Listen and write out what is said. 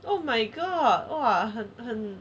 oh my god !wah! 很很